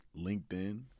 linkedin